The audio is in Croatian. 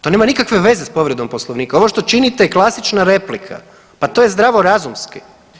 To nema nikakve veze s povredom Poslovnika, ovo što činite je klasična replika, pa to je zdravorazumski.